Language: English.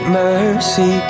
mercy